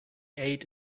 ate